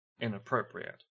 inappropriate